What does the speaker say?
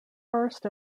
first